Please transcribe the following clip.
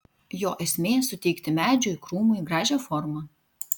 jo esmė suteikti medžiui krūmui gražią formą